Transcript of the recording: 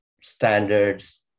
standards